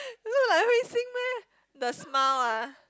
look like Hui-Xin meh the smile ah